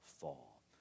fall